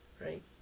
Right